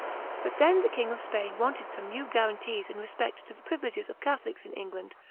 but then the king of spain wanted some new guarantees in respect to the privileges of catholics in england,